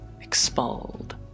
expelled